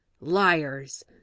Liars